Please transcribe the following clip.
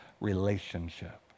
relationship